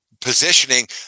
Positioning